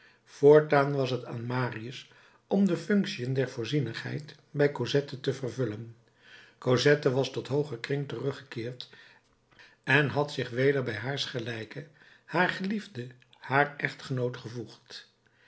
voortaan was het aan marius om de functiën der voorzienigheid bij cosette te vervullen cosette was tot hooger kring teruggekeerd en had zich weder bij haarsgelijke haar geliefde haar echtgenoot gevoegd